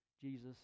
Jesus